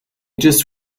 just